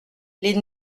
les